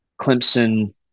Clemson